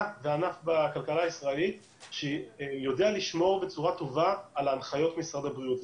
וענף בכלכלה הישראלית שיודע לשמור בצורה טובה על הנחיות משרד הבריאות.